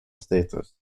status